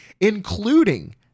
including